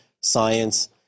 science